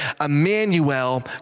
Emmanuel